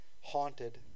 haunted